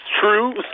true